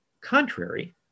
Contrary